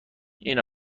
این